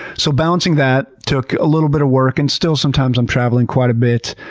so balancing that took a little bit of work and still sometimes i'm traveling quite a bit,